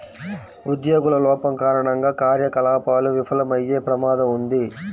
ఉద్యోగుల లోపం కారణంగా కార్యకలాపాలు విఫలమయ్యే ప్రమాదం ఉంది